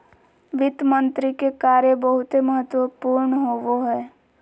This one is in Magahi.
वित्त मंत्री के कार्य बहुते महत्वपूर्ण होवो हय